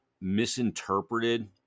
misinterpreted